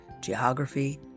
geography